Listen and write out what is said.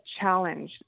challenge